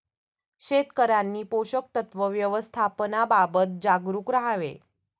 शेतकऱ्यांनी पोषक तत्व व्यवस्थापनाबाबत जागरूक राहावे